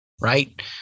right